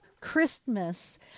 christmas